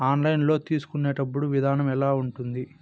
online loan తీసుకునేటప్పుడు విధానం ఎలా ఉంటుంది